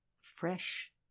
Fresh